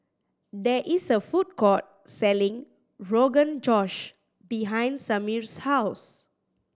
there is a food court selling Rogan Josh behind Samir's house